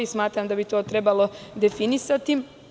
Smatram da bi to trebalo definisati.